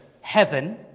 heaven